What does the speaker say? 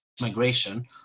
migration